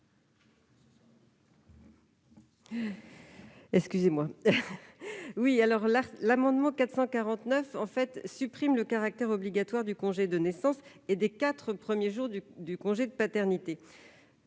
vise à supprimer le caractère obligatoire du congé de naissance et des quatre premiers jours du congé de paternité.